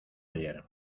ayer